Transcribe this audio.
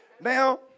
Now